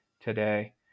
today